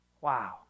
Wow